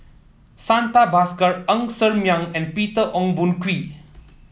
Santha Bhaskar Ng Ser Miang and Peter Ong Boon Kwee